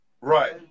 Right